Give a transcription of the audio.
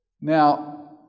Now